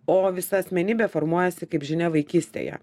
o visa asmenybė formuojasi kaip žinia vaikystėje